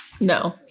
No